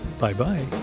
Bye-bye